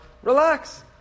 Relax